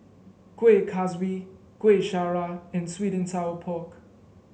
Kueh Kaswi Kueh Syara and sweet and Sour Pork